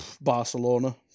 Barcelona